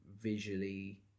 visually